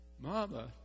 Mama